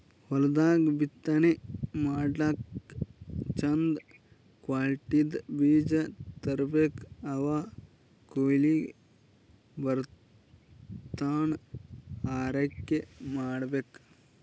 ಹೊಲ್ದಾಗ್ ಬಿತ್ತನೆ ಮಾಡ್ಲಾಕ್ಕ್ ಚಂದ್ ಕ್ವಾಲಿಟಿದ್ದ್ ಬೀಜ ತರ್ಬೆಕ್ ಅವ್ ಕೊಯ್ಲಿಗ್ ಬರತನಾ ಆರೈಕೆ ಮಾಡ್ಬೇಕ್